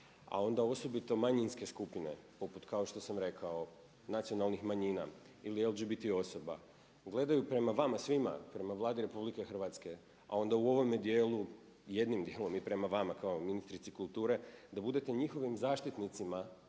a onda osobito manjinske skupine poput kao što sam rekao nacionalnih manjina, ili LGBT osoba gledaju prema vama svima, prema Vladi RH a ona u ovome djelu jednim djelom i prema vama kao ministrici kulture da budete njihovim zaštitnicima